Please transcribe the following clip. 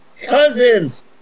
cousins